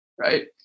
right